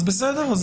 אז בסדר,